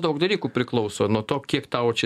daug dalykų priklauso nuo to kiek tau čia